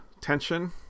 tension